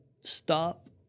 stop